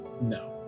No